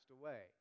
away